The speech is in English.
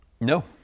no